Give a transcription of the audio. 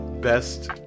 best